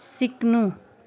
सिक्नु